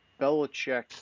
Belichick